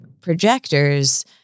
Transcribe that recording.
projectors